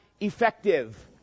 effective